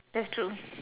that's true